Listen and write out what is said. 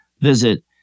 visit